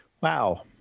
Wow